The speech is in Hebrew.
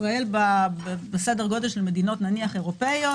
ישראל בסדר גודל של מדינות אירופאיות,